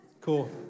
Cool